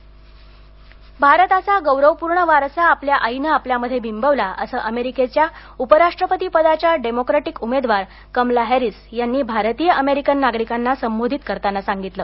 Kamala Harris Biden भारताचा गौरवपूर्ण वारसा आपल्या आईने आपल्यामध्ये बिंबवला असं अमेरिकेच्या उपराष्ट्रपती पदाच्या डेमोक्रेटिक उमेदवार कमला हॅरिस यांनी भारतीय अमेरिकन नागरिकांना संबोधित करताना सांगितलं